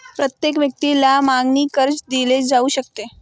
प्रत्येक व्यक्तीला मागणी कर्ज दिले जाऊ शकते